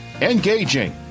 engaging